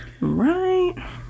Right